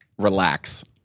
relax